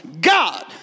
God